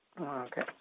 Okay